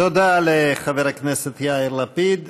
תודה לחבר הכנסת יאיר לפיד.